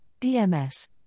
DMS